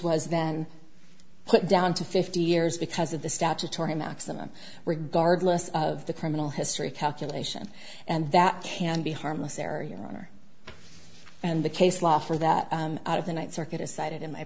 was then put down to fifty years because of the statutory maximum regardless of the criminal history calculation and that can be harmless error your honor and the case law for that out of the ninth circuit is cited in my